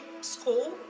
school